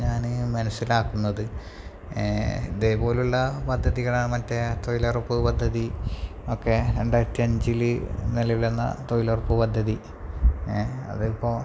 ഞാന് മനസ്സിലാക്കുന്നത് ഇതേപോലുള്ള പദ്ധതികളാണ് മറ്റേ തൊഴിലുറപ്പ് പദ്ധതി ഒക്കെ രണ്ടായിരത്തി അഞ്ചില് നിലവിൽ വന്ന തൊഴിലുറപ്പു പദ്ധതി അതിപ്പോള്